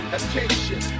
Attention